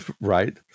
Right